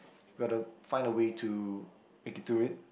you gotta find a way to make it through it